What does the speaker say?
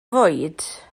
fwyd